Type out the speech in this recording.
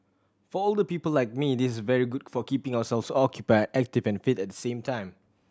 for older people like me this is very good for keeping ourselves occupied active and fit at the same time